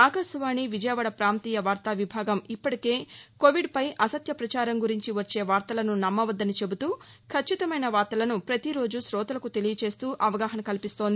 ఆకాశవాణి విజయవాడ ప్రాంతీయ వార్తా విభాగం ఇప్పటికే కోవిడ్పై అసత్య ప్రచారం గురించి వచ్చే వార్తలను నమ్మవద్దని చెబుతూ ఖచ్చితమైన వార్తలను పతిరోజూ శోతలకు తెలియజేస్తా అవగాహన కల్పిస్తోంది